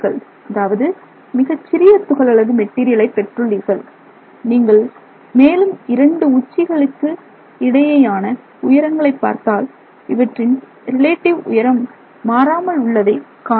அதாவது மிகச் சிறிய துகள் அளவு மெட்டீரியலை பெற்றுள்ளீர்கள் நீங்கள் மேலும் 2 உச்சிகளுக்கு இடையேயான உயரங்களை பார்த்தால் இவற்றின் ரிலேட்டிவ் உயரம் மாறாமல் உள்ளதை காணமுடியும்